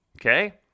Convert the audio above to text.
okay